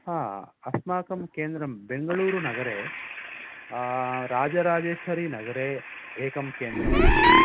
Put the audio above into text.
आ अस्माकं केन्द्रं बेङ्गलूरनगरे राजराजेश्वरी नगरे एकं केन्द्रम् अस्ति